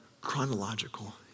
chronological